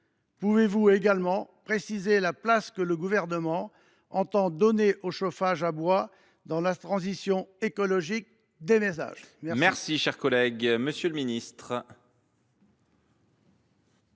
Pouvez vous également préciser la place que le Gouvernement entend donner au chauffage au bois dans la transition écologique des ménages ? La parole est à M. le ministre.